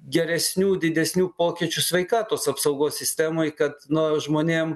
geresnių didesnių pokyčių sveikatos apsaugos sistemoj kad nu žmonėm